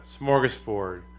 smorgasbord